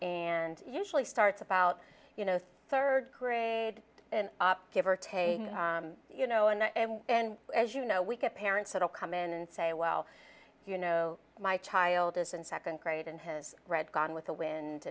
and usually starts about you know third grade and up give or take you know and then as you know we get parents that all come and say well you know my child is in second grade and has read gone with the wind